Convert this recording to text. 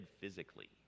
physically